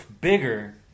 bigger